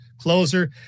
closer